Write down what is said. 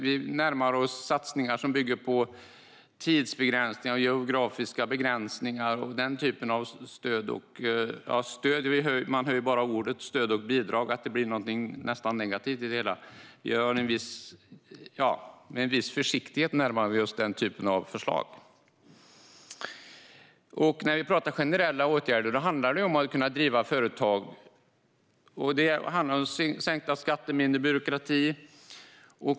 Vi närmar oss satsningar som bygger på tidsbegränsningar och geografiska begränsningar och den typen av stöd. Stöd och bidrag - bara man hör orden blir det nästan något negativt i det hela. Det är med viss försiktighet vi närmar oss den typen av förslag. När vi pratar generella åtgärder handlar det om att kunna driva företag, och då handlar det om sänkta skatter och mindre byråkrati.